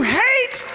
hate